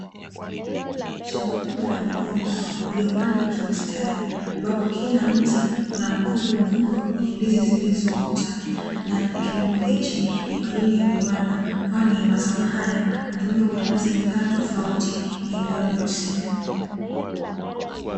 Shamba kubwa la migomba iliyopangwa kimstari, ambapo kila mti una mkungu mkubwa wenye ndizi zilizoota, na kilimo hichi ni kwaajili ya viwanda kwani mazao haya hutumika kutengeneza bidhaa tofauti, kwenye viwanda husika.